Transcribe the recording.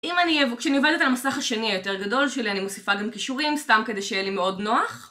כשאני עובדת על המסך השני היותר גדול שלי אני מוסיפה גם קישורים סתם כדי שיהיה לי מאוד נוח